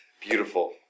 Beautiful